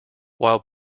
while